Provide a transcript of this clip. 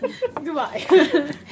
Goodbye